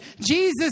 Jesus